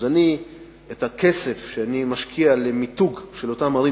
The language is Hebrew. אז את הכסף שאני משקיע למיתוג של אותן ערים